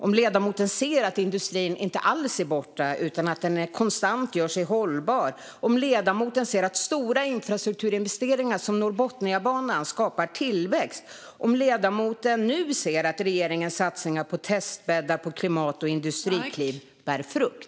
Ser ledamoten att industrin inte alls är borta utan att den konstant gör sig hållbar, att stora infrastrukturinvesteringar som Norrbotniabanan skapar tillväxt och att regeringens satsningar på testbäddar, klimat och industrikliv bär frukt?